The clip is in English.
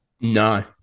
No